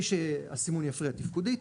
בלי שהסימון יפריע תפקודית,